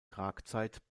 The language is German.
tragzeit